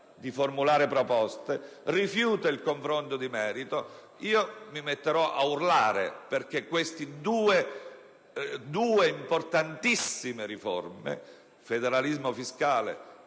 di formulare proposte o si sottrae ad un confronto di merito mi metterò a urlare, perché queste due importantissime riforme (federalismo fiscale